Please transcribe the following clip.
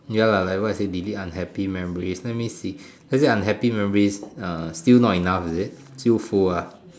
ya lah like what I said delete memories let me see lets say unhappy memories still not enough is it still full ah